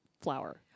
flower